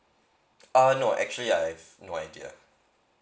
uh no actually I have no idea